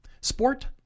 sport